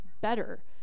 better